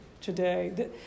today